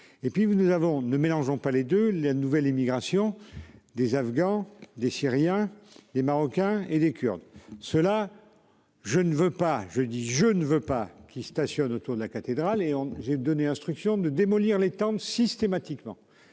vous nous avons ne mélangeons pas les deux, il y a nouvelle immigration des afghans, des Syriens, des marocains et des Kurdes se là. Je ne veux pas je dis je ne veux pas qui stationnent autour de la cathédrale et j'ai donné instruction de démolir les tende systématiquement.